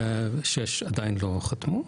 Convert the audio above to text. שש עדיין לא חתמו.